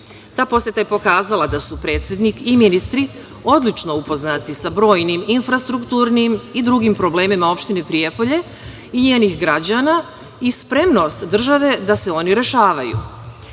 Ta poseta je pokazala da su predsednik i ministri odlično upoznati sa brojnim infrastrukturnim i drugim problemima u opštini Prijepolje i njenih građana i spremnost države da se oni rešavaju. Nadamo